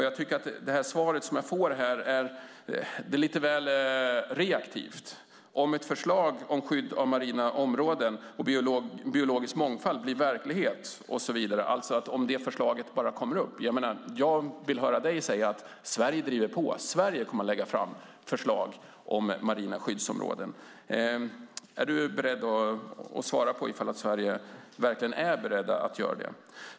Jag tycker att det svar som jag får är lite väl reaktivt när det står att "om ett förslag om skydd av marina områden och biologisk mångfald blir verklighet" och så vidare, det vill säga om det förslaget bara kommer upp. Jag vill höra dig säga att Sverige driver på och att Sverige kommer att lägga fram förslag om marina skyddsområden. Är du beredd att svara på om Sverige verkligen är berett att göra det?